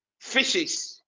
fishes